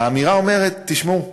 האמירה אומרת: תשמעו,